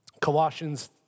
Colossians